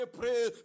pray